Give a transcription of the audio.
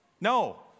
No